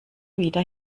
wieder